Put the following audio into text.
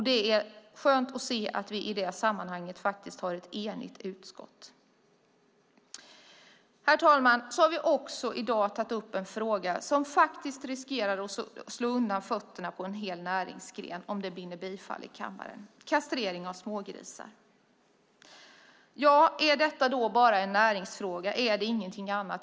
Det är skönt att se att vi i det sammanhanget faktiskt har ett enigt utskott. Herr talman! Vi har också i dag tagit upp ett förslag som faktiskt riskerar att slå undan fötterna på en hel näringsgren om det vinner bifall i kammaren - kastrering av smågrisar. Är detta då bara en näringsfråga och ingenting annat?